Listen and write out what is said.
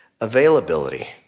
availability